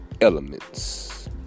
elements